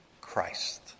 Christ